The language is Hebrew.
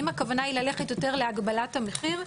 אם הכוונה היא ללכת יותר להגבלת המחיר,